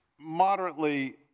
moderately